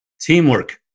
Teamwork